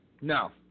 No